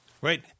Wait